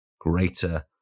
greater